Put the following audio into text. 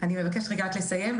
אני אבקש לסיים.